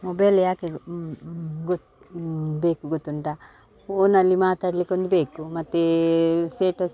mobile ಯಾಕೆ ಗೊತ್ತ ಬೇಕು ಗೊತ್ತುಂಟಾ ಫೋನಲ್ಲಿ ಮಾತಾಡ್ಲಿಕ್ಕೊಂದು ಬೇಕು ಮತ್ತು ಸೇಟಸ್